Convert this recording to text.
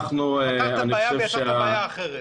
פתרת בעיה ויצרת בעיה אחרת.